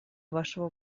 вашего